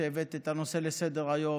שהבאת את הנושא לסדר-היום